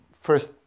first